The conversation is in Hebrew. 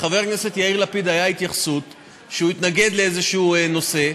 לחבר הכנסת יאיר לפיד הייתה התייחסות שהוא התנגד לאיזשהו נושא,